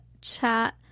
chat